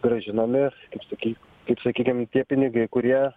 grąžinami kaip sakei kaip sakykim tie pinigai kurie